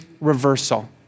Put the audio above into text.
reversal